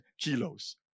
kilos